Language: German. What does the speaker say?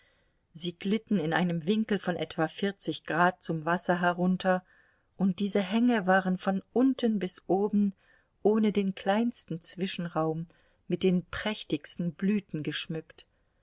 sie glitten in einem winkel von etwa vierzig grad zum wasser herunter und diese hänge waren von unten bis oben ohne den kleinsten zwischenraum mit den prächtigsten blüten geschmückt